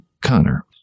Connor